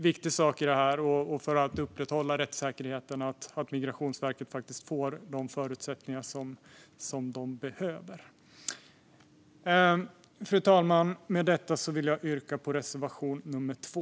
För att upprätthålla rättssäkerheten är det viktigt att Migrationsverket får de förutsättningar som det behöver. Fru talman! Med detta vill jag yrka bifall till reservation nummer 2.